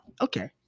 Okay